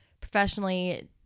professionally